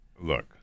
Look